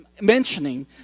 mentioning